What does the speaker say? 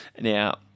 Now